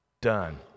done